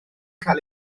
cael